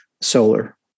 solar